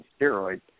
steroids